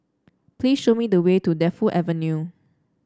please show me the way to Defu Avenue